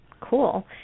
Cool